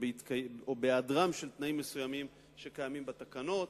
בהיעדרם של תנאים מסוימים, שקיימים בתקנות,